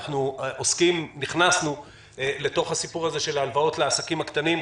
אנחנו נכנסנו לתוך הסיפור הזה של ההלוואות לעסקים הקטנים,